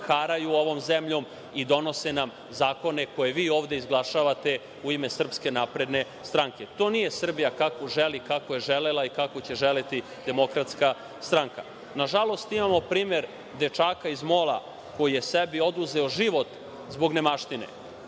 haraju ovom zemljom i donose nam zakone koje vi ovde izglasavate u ime Srpske napredne stranke, a to nije Srbija kakvu želi, kako je želela i kako će želeti Demokratska stranka. Nažalost, imamo primer dečaka iz Mola koji je sebi oduzeo život zbog nemaštine.